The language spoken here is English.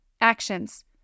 Actions